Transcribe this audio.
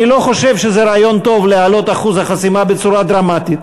אני לא חושב שזה רעיון טוב להעלות את אחוז החסימה בצורה דרמטית.